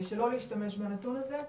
שלא להשתמש בנתון הזה.